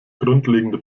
grundlegende